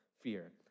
fear